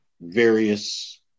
various